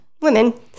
women